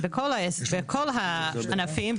בכל הענפים,